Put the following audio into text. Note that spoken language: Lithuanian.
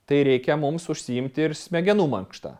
tai reikia mums užsiimti ir smegenų mankšta